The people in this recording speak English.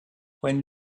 when